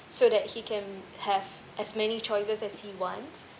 so that he can have as many choices as he wants